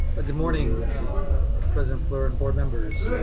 good morning president fluor and board members.